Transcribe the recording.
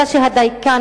אלא שהדיקן,